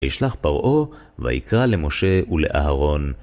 וישלח פרעה, ויקרא למשה ולאהרון.